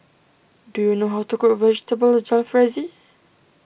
do you know how to cook Vegetable Jalfrezi